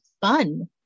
fun